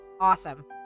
awesome